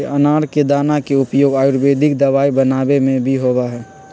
अनार के दाना के उपयोग आयुर्वेदिक दवाई बनावे में भी होबा हई